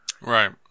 Right